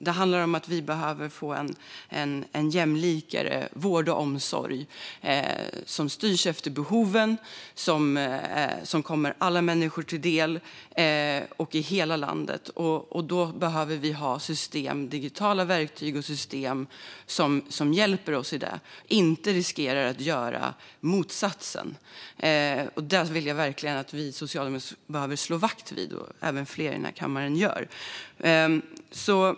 Det handlar om att vi behöver få en jämlikare vård och omsorg som styrs efter behov och som kommer alla människor i hela landet till del. Då behöver vi ha digitala verktyg och system som hjälper oss i det och som inte riskerar att göra motsatsen. Jag vet att vi i socialutskottet och även fler i den här kammaren vill slå vakt om det.